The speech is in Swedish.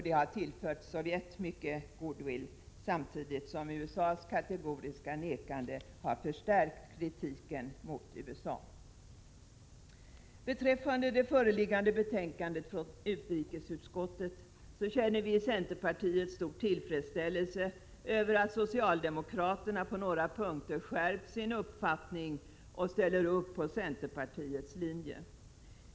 Det har tillfört Sovjet mycket goodwill, samtidigt som USA:s kategoriska vägran har förstärkt kritiken mot USA. Beträffande det föreliggande betänkandet från utrikesutskottet vill jag säga att vi i centerpartiet känner stor tillfredsställelse över att socialdemokraterna på några punkter skärpt sin uppfattning och ställt upp på centerpartiets linje.